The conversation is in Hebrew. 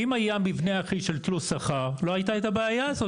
אם היה מבנה אחיד של תלוש שכר לא הייתה את הבעיה הזאת.